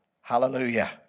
hallelujah